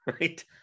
right